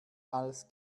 als